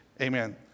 amen